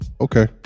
okay